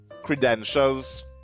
Credentials